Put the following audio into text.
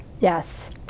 Yes